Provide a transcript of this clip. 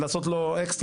לעשות לו אקסטרה,